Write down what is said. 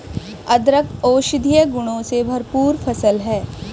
अदरक औषधीय गुणों से भरपूर फसल है